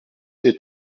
der